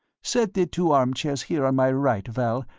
set the two armchairs here on my right, val,